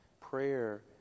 prayer